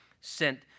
sent